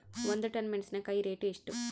ಒಂದು ಟನ್ ಮೆನೆಸಿನಕಾಯಿ ರೇಟ್ ಎಷ್ಟು?